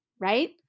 right